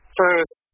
first